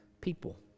people